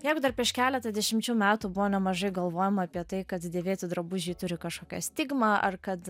jav dar prieš keletą dešimčių metų buvo nemažai galvojama apie tai kad dėvėti drabužiai turi kažkokią stigmą ar kad